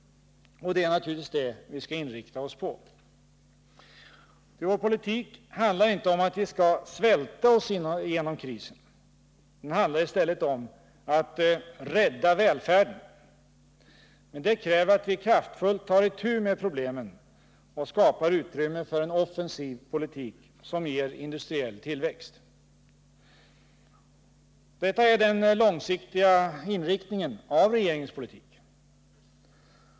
Och det är naturligtvis det vi skall inrikta oss på. Ty vår politik handlar inte om att vi skall svälta oss igenom krisen. Den handlar i stället om att rädda välfärden. Men det kräver att vi kraftfullt tar itu med problemen och skapar utrymme för en offensiv politik som ger industriell tillväxt. Detta är den långsiktiga inriktningen av regeringens politik.